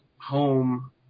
home